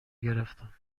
گرفتم